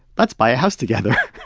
let's buy a house together